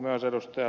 myös ed